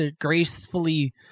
gracefully